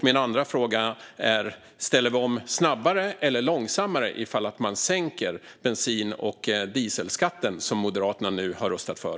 Min andra fråga gäller om vi kommer att ställa om snabbare eller långsammare ifall man sänker bensin och dieselskatten, som Moderaterna nu har röstat för.